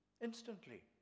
Instantly